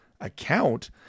account